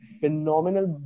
phenomenal